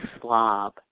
slob